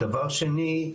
דבר שני,